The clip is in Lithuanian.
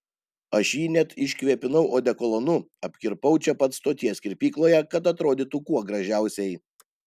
aš jį net iškvėpinau odekolonu apkirpau čia pat stoties kirpykloje kad atrodytų kuo gražiausiai